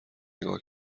نگاه